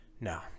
No